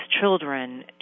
children